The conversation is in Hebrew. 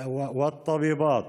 והרופאות